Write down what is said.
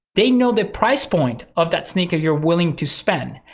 they know the price point of that sneaker you're willing to spend.